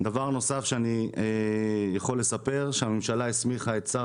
דבר נוסף שאני יכול לספר הוא שהממשלה הסמיכה את שר